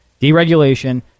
deregulation